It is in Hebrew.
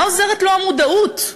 מה עוזרת לו המודעות?